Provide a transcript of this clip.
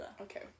okay